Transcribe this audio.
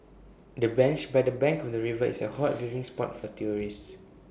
the bench by the bank of the river is A hot viewing spot for tourists